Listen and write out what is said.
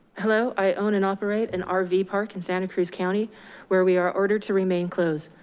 hello, i own and operate an ah rv park in santa cruz county where we are ordered to remain closed.